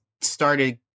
started